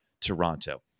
Toronto